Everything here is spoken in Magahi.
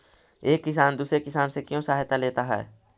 एक किसान दूसरे किसान से क्यों सहायता लेता है?